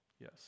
yes